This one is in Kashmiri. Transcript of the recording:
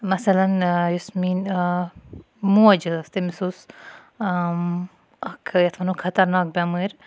مَثَلاً یُس میٲنۍ موج ٲسۍ تٔمِس اوس اکھ یَتھ وَنو خَطَرناک بیٚمٲر